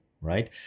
right